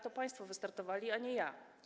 To państwo wystartowali, a nie ja.